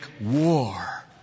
war